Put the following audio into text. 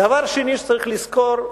דבר שני שצריך לזכור,